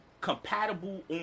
compatible